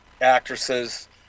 actresses